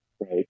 right